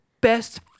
best